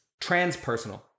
transpersonal